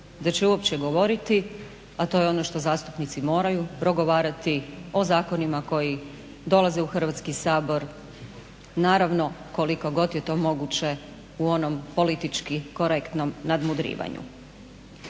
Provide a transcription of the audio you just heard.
da će uopće govoriti, a to je ono što zastupnici moraju, progovarati o zakonima koji dolaze u Hrvatski sabor, naravno kolik god je to moguće u onom politički korektnom nadmudrivanju.